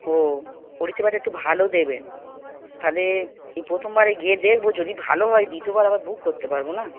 ও পরিষেবাটা একটু ভালো দেবেন তাহলে এই প্রথমবারে গিয়ে দেখব যদি ভালো হয় দ্বিতীয় বার আবার বুক করতে পারব না